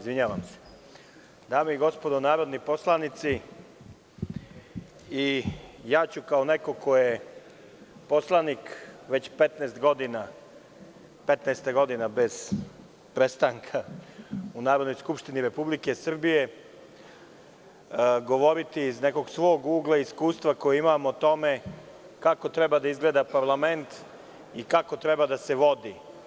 Dame i gospodo narodni poslanici, ja ću kao neko ko je poslanik već 15 godina bez prestanka u Narodnoj skupštini Republike Srbije govoriti iz nekog svog ugla i iskustva koje imam o tome kako treba da izgleda parlament i kako treba da se vodi.